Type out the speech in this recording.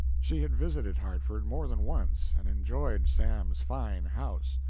she had visited hartford more than once and enjoyed sam's fine house,